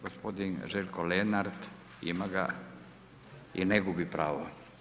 Gospodin Željko Lenart, ima ga i ne gubi pravo.